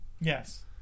Yes